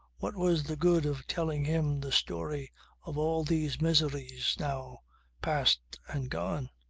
what was the good of telling him the story of all these miseries now past and gone,